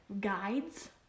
guides